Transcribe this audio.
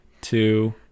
two